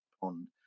pond